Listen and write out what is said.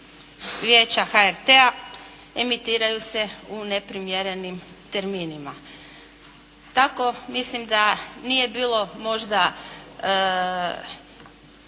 Vijeća HRT-a, emitiraju se u neprimjerenim terminima. Tako mislim da nije bilo možda,